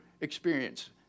experience